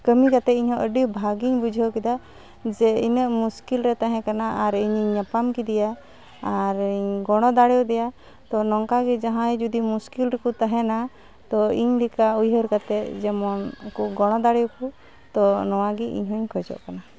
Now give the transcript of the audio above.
ᱠᱟᱹᱢᱤ ᱠᱟᱛᱮᱫ ᱤᱧᱦᱚᱸ ᱵᱷᱟᱹᱜᱤᱧ ᱵᱩᱡᱷᱟᱹᱣ ᱠᱮᱫᱟ ᱡᱮ ᱤᱱᱟᱹᱜ ᱢᱩᱥᱠᱤᱞᱨᱮ ᱛᱟᱦᱮᱸᱠᱟᱱᱟ ᱟᱨ ᱤᱧᱤᱧ ᱧᱟᱯᱟᱢ ᱠᱮᱫᱮᱭᱟ ᱟᱨᱤᱧ ᱜᱚᱲᱚ ᱫᱟᱲᱮᱣᱟᱫᱮᱭᱟ ᱛᱳ ᱱᱚᱝᱠᱟᱜᱮ ᱡᱟᱦᱟᱸᱭ ᱡᱩᱫᱤ ᱢᱩᱥᱠᱤᱞᱨᱮᱠᱚ ᱛᱟᱦᱮᱱᱟ ᱛᱳ ᱤᱧᱞᱮᱠᱟ ᱩᱭᱦᱟᱹᱨ ᱠᱟᱛᱮᱫ ᱡᱮᱢᱚᱱ ᱩᱱᱠᱩ ᱜᱚᱲᱚ ᱫᱟᱲᱮᱣᱟᱠᱚ ᱛᱳ ᱱᱚᱣᱜᱮ ᱤᱧᱦᱚᱸᱧ ᱠᱷᱚᱡᱚᱜ ᱠᱟᱱᱟ